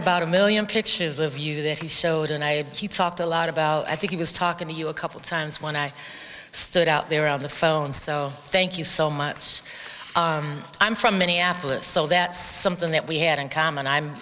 about a million pictures of you that he showed and i talked a lot about i think he was talking to you a couple times when i stood out there on the phone so thank you so much i'm from minneapolis so that's something that we had in common i'm